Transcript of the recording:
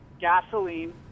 Gasoline